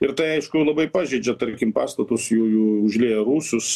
ir tai aišku labai pažeidžia tarkim pastatus jų jų užlieja rūsius